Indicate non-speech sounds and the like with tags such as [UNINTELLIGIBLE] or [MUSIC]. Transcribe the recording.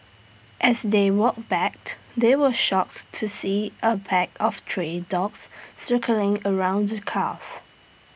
as they walked [UNINTELLIGIBLE] they were shocked to see A pack of tray dogs circling around the cars